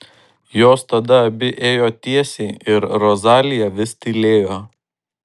jos tada abi ėjo tiesiai ir rozalija vis tylėjo